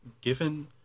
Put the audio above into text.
given